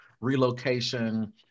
relocation